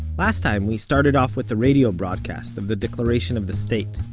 last time we started off with the radio broadcast of the declaration of the state,